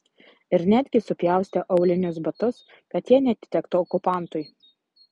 ir netgi supjaustė aulinius batus kad jie neatitektų okupantui